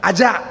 Aja